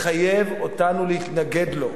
מחייב אותנו להתנגד לו.